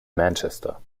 manchester